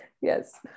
yes